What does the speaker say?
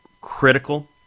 critical